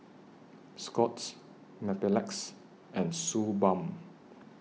Scott's Mepilex and Suu Balm